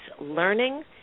learning